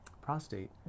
prostate